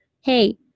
Hey